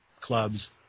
clubs